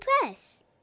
Press